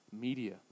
media